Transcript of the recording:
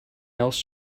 else